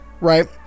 right